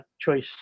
choice